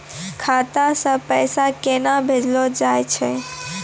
खाता से पैसा केना भेजलो जाय छै?